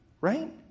right